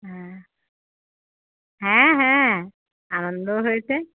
হ্যাঁ হ্যাঁ হ্যাঁ আনন্দও হয়েছে